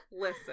Listen